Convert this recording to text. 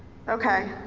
okay.